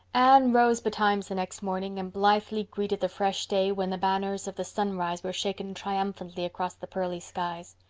anne rose betimes the next morning and blithely greeted the fresh day, when the banners of the sunrise were shaken triumphantly across the pearly skies.